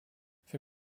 für